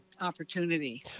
opportunity